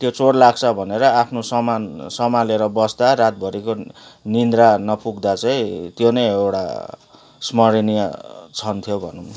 त्यो चोर लाग्छ भनेर आफ्नो सामान सम्हालेर बस्दा रातभरिको निन्द्रा नपुग्दा चाहिँ त्यो नै एउटा स्मरणीय क्षण थियो भनौँ न